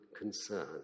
concern